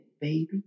baby